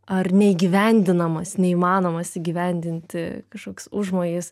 ar neįgyvendinamas neįmanomas įgyvendinti kažkoks užmojis